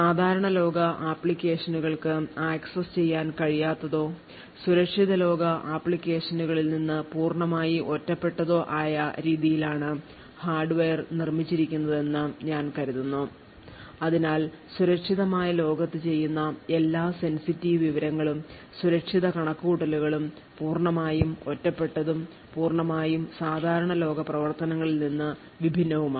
സാധാരണ ലോക ആപ്ലിക്കേഷനുകൾക്ക് ആക്സസ് ചെയ്യാൻ കഴിയാത്തതോ സുരക്ഷിത ലോക ആപ്ലിക്കേഷനുകളിൽ നിന്ന് പൂർണ്ണമായും ഒറ്റപ്പെട്ടതോ ആയ രീതിയിലാണ് ഹാർഡ്വെയർ നിർമ്മിച്ചിരിക്കുന്നതെന്ന് ഞാൻ കരുതുന്നു അതിനാൽ സുരക്ഷിതമായ ലോകത്ത് ചെയ്യുന്ന എല്ലാ സെൻസിറ്റീവ് വിവരങ്ങളും സുരക്ഷിത കണക്കുകൂട്ടലുകളും പൂർണ്ണമായും ഒറ്റപ്പെട്ടതും പൂർണ്ണമായും സാധാരണ ലോക പ്രവർത്തനങ്ങളിൽ നിന്ന് വിഭിന്നമാണ്